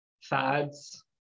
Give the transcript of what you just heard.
fads